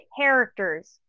characters